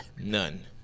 none